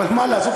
אבל מה לעשות,